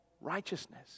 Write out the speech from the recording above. righteousness